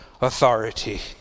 authority